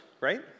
right